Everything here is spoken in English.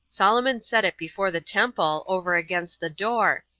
solomon set it before the temple, over against the door,